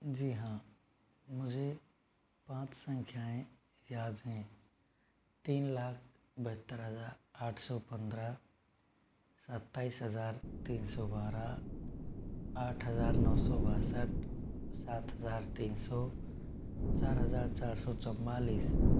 जी हाँ मुझे पाँच संख्याएँ याद हैं तीन लाख बहतर हजार आठ सौ पंद्रह सताइस हजार तीन सौ बारह आठ हजार नौ सौ बासठ सात हजार तीन सौ चार हजार चार सौ चौवालिस